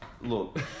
Look